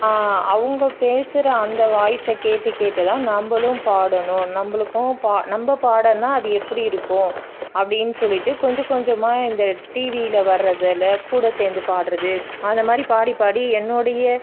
அவங்க பேசுகிற அந்த வாய்ஸை கேட்டு கேட்டு தான் நம்பளும் பாடணும் நம்பளுக்கும் பா நம்ப பாடுனா அது எப்படி இருக்கும் அப்படின்னு சொல்லிவிட்டு கொஞ்ச கொஞ்சமாக இந்த டீவியில வரதுல கூட சேர்ந்து பாடுறது அதை மாதிரி பாடி பாடி என்னோடைய